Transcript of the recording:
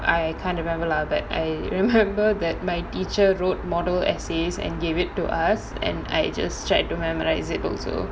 I can't remember lah but I remember that my teacher wrote model essays and gave it to us and I just tried to memorise it also